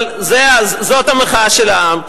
אבל זאת המחאה של העם,